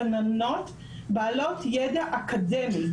גננות בעלות ידע אקדמי,